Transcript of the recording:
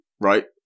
Right